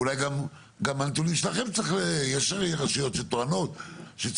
ואולי הנתונים שלכם יש רשויות שטוענות צריך